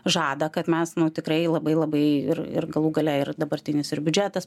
žada kad mes nu tikrai labai labai ir ir galų gale ir dabartinis ir biudžetas